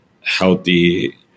healthy